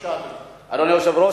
אדוני היושב-ראש,